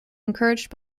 encouraged